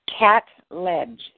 Catledge